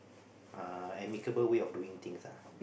uh amicable way of doing things ah